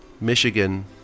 Michigan